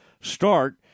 start